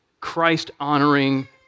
Christ-honoring